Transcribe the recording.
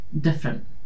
different